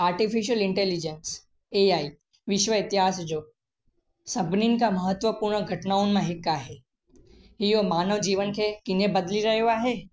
artificial intelligence AI विश्व इतिहास जो सभिनीनि खां महत्वपूर्ण घटनाउनि मां हिकु आहे इहो मानव जीवन खे ईअं बदिली रहियो आहे